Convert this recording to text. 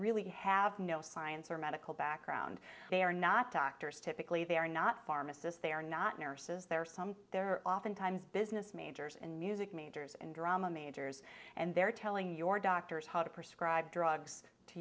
really have no science or medical background they are not doctors typically they are not pharmacists they are not nurses there are some there are oftentimes business majors and music majors and drama majors and they're telling your doctors how to prescribe drugs to